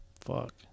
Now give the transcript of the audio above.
fuck